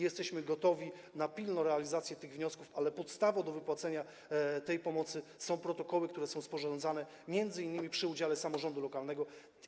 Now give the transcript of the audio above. Jesteśmy gotowi na pilną realizację tych wniosków, ale podstawą do wypłacenia tej pomocy są protokoły, które są sporządzane m.in. przy udziale samorządu lokalnego.